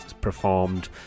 performed